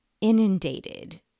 inundated